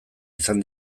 izan